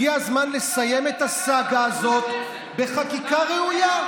הגיע הזמן לסיים את הסאגה הזאת בחקיקה ראויה.